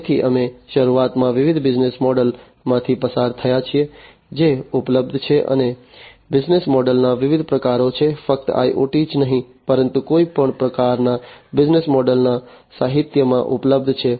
તેથી અમે શરૂઆતમાં વિવિધ બિઝનેસ મોડલમાંથી પસાર થયા છીએ જે ઉપલબ્ધ છે અને બિઝનેસ મોડલના વિવિધ પ્રકારો જે ફક્ત IoT જ નહીં પરંતુ કોઈપણ પ્રકારના બિઝનેસ મૉડલના સાહિત્યમાં ઉપલબ્ધ છે